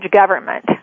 government